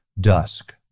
dusk